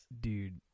Dude